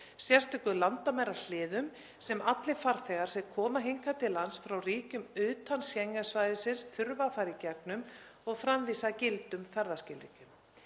sérstökum landamærahliðum sem allir farþegar sem koma hingað til lands frá ríkjum utan Schengen-svæðisins þurfa að fara í gegnum og framvísa gildum ferðaskilríkjum.